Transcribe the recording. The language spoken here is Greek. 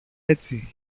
έτσι